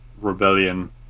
rebellion